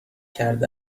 کرده